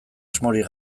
asmorik